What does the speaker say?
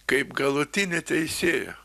kaip galutinį teisėją